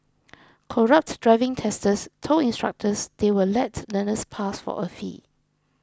corrupt driving testers told instructors they would let learners pass for a fee